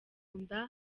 nda